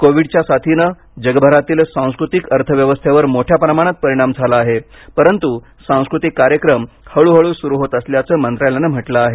कोविडच्या साथीने जगभरातील सांस्कृतिक अर्थव्यवस्थेवर मोठ्या प्रमाणात परिणाम झाला आहे परंतु सांस्कृतिक कार्यक्रम हळूहळू सुरू होत असल्याचं मंत्रालयाने म्हटले आहे